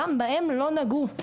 גם בהם לא נגעו.